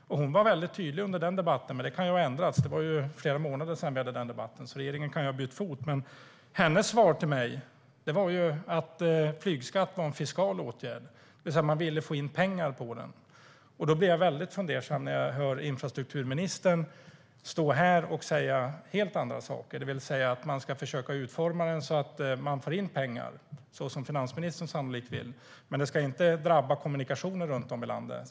Finansministern var tydlig under den debatten - men det kan ha ändrats, det är flera månader sedan vi hade den debatten och regeringen kan ha bytt fot - och hon svarade att flygskatt var en fiskal åtgärd, det vill säga att man ville få in pengar på den. Då blir jag fundersam när jag hör infrastrukturministern här säga helt andra saker, det vill säga att skatten ska utformas så att pengar kommer in, så som finansministern sannolikt vill, men det ska inte drabba kommunikationer runt om i landet.